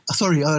sorry